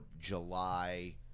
July